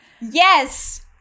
Yes